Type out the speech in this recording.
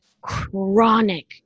chronic